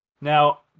Now